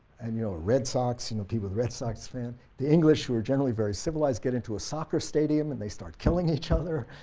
and you know red sox, you know the red sox fans. the english who are generally very civilized, get into a soccer stadium and they start killing each other.